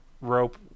rope